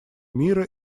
мира